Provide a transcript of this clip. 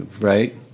right